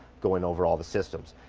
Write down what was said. going over all the systems,